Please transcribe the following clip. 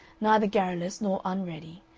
neither garrulous nor unready,